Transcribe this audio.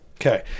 Okay